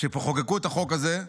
כשחוקקו פה את החוק הזה,